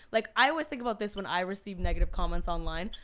like i always think about this when i receive negative comments online,